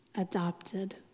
adopted